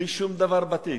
בלי שום דבר בתיק.